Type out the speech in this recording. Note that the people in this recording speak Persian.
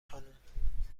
خانم